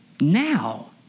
now